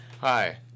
Hi